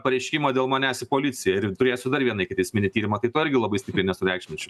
pareiškimą dėl manęs į policiją ir turėsiu dar vieną ikiteisminį tyrimą tai to irgi labai stipriai nesureikšminčiau